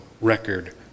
record